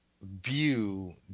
view